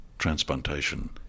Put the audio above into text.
transplantation